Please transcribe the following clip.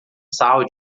sal